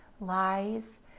lies